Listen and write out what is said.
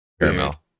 Caramel